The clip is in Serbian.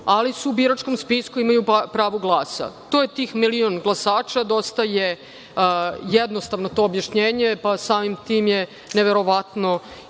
ali su u biračkom spisku i imaju pravo glasa. To je tih milion glasača. Dosta je jednostavno to objašnjenje i samim tim je neverovatno